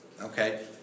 Okay